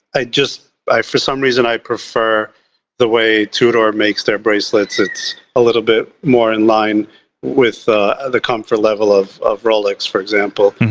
i just. for some reason i prefer the way tudor makes their bracelets. it's a little bit more in line with the comfort level of of rolex, for example.